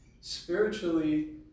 Spiritually